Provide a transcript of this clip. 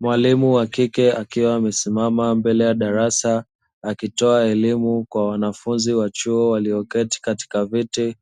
Mwalimu wa kike, akiwa amesimama mbele ya darasa. Akitoa elimu kwa wanafunzi wa chuo walioketi katika viti.